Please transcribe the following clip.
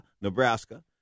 Nebraska